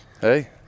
hey